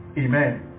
Amen